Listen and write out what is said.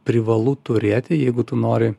privalu turėti jeigu tu nori